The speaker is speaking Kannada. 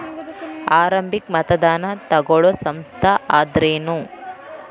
ಆರಂಭಿಕ್ ಮತದಾನಾ ತಗೋಳೋ ಸಂಸ್ಥಾ ಅಂದ್ರೇನು?